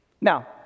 Now